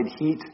heat